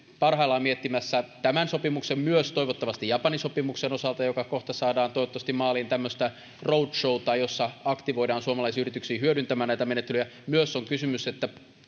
parhaillaan miettimässä tämän sopimuksen osalta ja myös toivottavasti japani sopimuksen osalta joka kohta saadaan toivottavasti maaliin tämmöistä roadshowta jossa aktivoidaan suomalaisia yrityksiä hyödyntämään näitä menettelyjä on kysymys myös siitä että